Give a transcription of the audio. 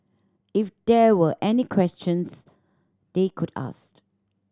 if there were any questions they could ask